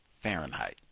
Fahrenheit